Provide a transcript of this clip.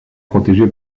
protégée